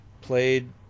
played